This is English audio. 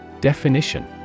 Definition